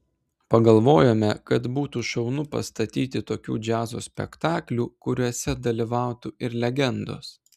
pagalvojome kad būtų šaunu pastatyti tokių džiazo spektaklių kuriuose dalyvautų ir legendos